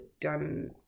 done